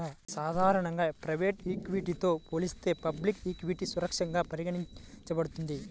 సాధారణంగా ప్రైవేట్ ఈక్విటీతో పోలిస్తే పబ్లిక్ ఈక్విటీ సురక్షితంగా పరిగణించబడుతుంది